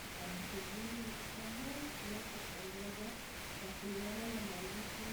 Kitabu kizuri ni kitabu, kinacho pendeza na kulingana na maandishi